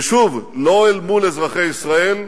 ושוב, לא אל מול אזרחי ישראל,